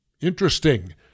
Interesting